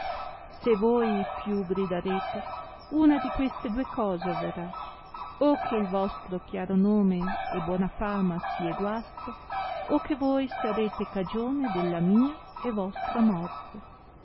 se voi più gridarete una di due cose averrà o che vostro chiaro nome e buona fama sie guasta o che voi sarete cagione della mia e vostra morte